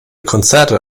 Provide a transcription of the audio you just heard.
konzerte